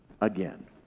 again